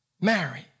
Mary